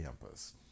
campus